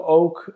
ook